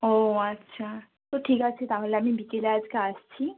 ও আচ্ছা তো ঠিক আছে তাহলে আমি বিকেলে আজকে আসছি